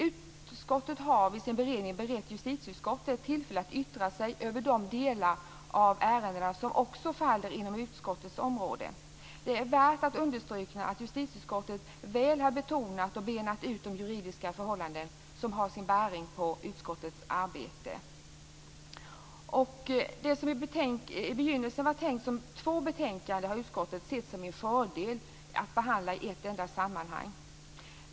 Utskottet har vid sin beredning berett justitieutskottet tillfälle att yttra sig över de delar av ärendena som också faller inom detta utskotts område. Det är värt att understryka att justitieutskottet väl har betonat och benat ut de juridiska förhållanden som har sin bäring på utskottets arbete. Det som i begynnelsen var tänkt som två betänkanden har utskottet sett som en fördel att behandla i ett enda sammanhang.